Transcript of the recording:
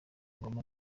ngoma